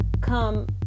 come